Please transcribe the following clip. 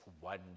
one